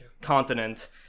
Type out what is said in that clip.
continent